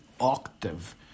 octave